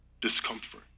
discomfort